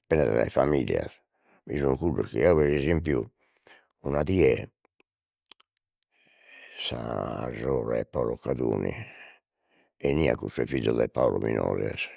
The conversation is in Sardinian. Dipendet dai sas familias, bi sun cuddos chi eo pre esempiu una die sa sorre 'e Paolo Cadoni, 'eniat cun sos fizos de Paolo minores